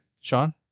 Sean